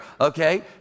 okay